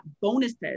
bonuses